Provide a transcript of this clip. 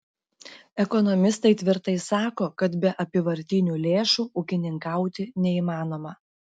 ekonomistai tvirtai sako kad be apyvartinių lėšų ūkininkauti neįmanoma